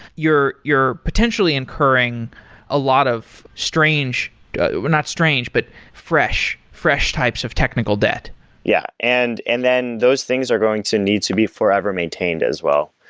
you're you're potentially incurring a lot of strange or not strange, but fresh fresh types of technical debt yeah. and and then those things are going to need to be forever maintained as well.